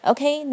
Okay